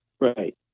Right